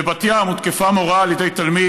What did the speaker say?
בבית ים הותקפה מורה על ידי תלמיד.